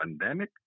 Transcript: pandemic